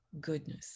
goodness